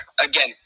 Again